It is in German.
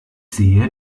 sehe